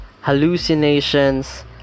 hallucinations